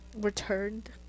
returned